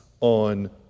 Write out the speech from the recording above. on